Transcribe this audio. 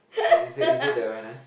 is that is that the awareness